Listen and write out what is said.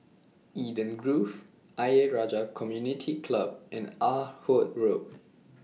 Eden Grove Ayer Rajah Community Club and Ah Hood Road